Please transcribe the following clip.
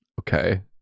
okay